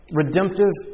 redemptive